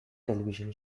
television